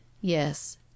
Yes